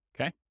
Okay